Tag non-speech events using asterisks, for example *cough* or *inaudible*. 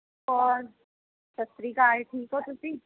*unintelligible* ਸਤਿ ਸ਼੍ਰੀ ਅਕਾਲ ਠੀਕ ਹੋ ਤੁਸੀਂ